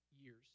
years